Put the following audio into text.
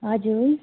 हजुर